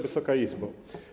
Wysoka Izbo!